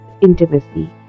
intimacy